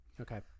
Okay